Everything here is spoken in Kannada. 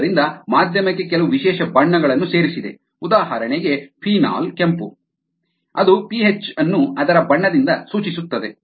ಆದ್ದರಿಂದ ಮಾಧ್ಯಮಕ್ಕೆ ಕೆಲವು ವಿಶೇಷ ಬಣ್ಣಗಳನ್ನು ಸೇರಿಸಿದೆ ಉದಾಹರಣೆಗೆ ಫೀನಾಲ್ ಕೆಂಪು ಅದು ಪಿಎಚ್ ಅನ್ನು ಅದರ ಬಣ್ಣದಿಂದ ಸೂಚಿಸುತ್ತದೆ